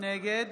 נגד